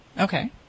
Okay